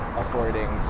affording